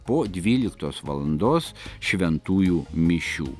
po dvyliktos valandos šventųjų mišių